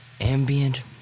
Ambient